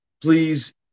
please